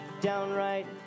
downright